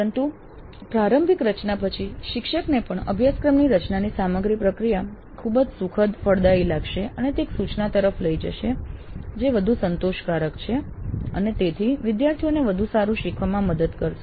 પરંતુ પ્રારંભિક રચના પછી શિક્ષકને પણ અભ્યાસક્રમ રચનાની સમગ્ર પ્રક્રિયા ખૂબ જ સુખદ ફળદાયી લાગશે અને તે એક સૂચના તરફ લઈ જશે જે વધુ સંતોષકારક છે અને તેથી વિદ્યાર્થીને વધુ સારું શીખવામાં મદદ થશે